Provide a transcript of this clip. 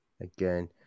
again